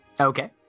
Okay